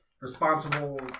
responsible